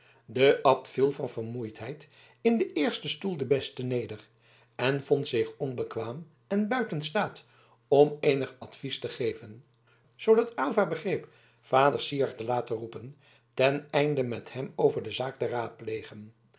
de abt viel van vermoeidheid in den eersten stoel den besten neder en vond zich onbekwaam en buiten staat om eenig advies te geven zoodat aylva begreep vader syard te laten roepen ten einde met hem over de zaak te raadplegen